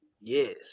Yes